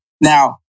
Now